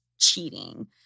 Cheating